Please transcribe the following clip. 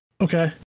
Okay